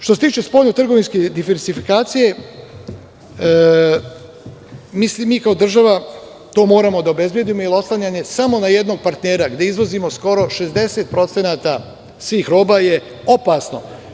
Što se tiče spoljno trgovinske diversifikacije, mi kao država moramo to da obezbedimo, jer oslanjanje samo na jednog partnera, gde izvozimo skoro 60% svih roba je opasno.